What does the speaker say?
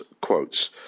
quotes